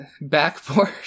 Backboard